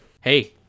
Hey